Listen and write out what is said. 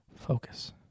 focus